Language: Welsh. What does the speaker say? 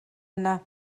yna